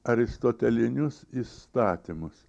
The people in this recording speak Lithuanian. aristotelinius įstatymus